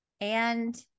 and-